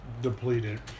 depleted